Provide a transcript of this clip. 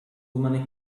many